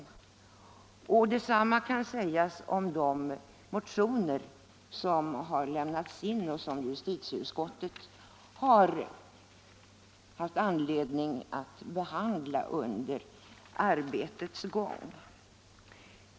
Detsamma kan sägas om de motioner som har lämnats in och som justitieutskottet har haft anledning att behandla under arbetets gång.